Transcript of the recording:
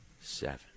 seven